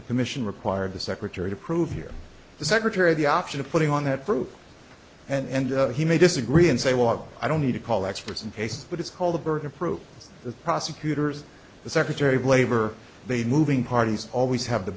the commission required the secretary to prove here the secretary of the option of putting on that proof and he may disagree and say well i don't need to call that recent case but it's called the burden of proof the prosecutors the secretary of labor they moving parties always have the